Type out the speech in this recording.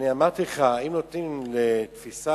אמרתי לך: אם נוטים לתפיסה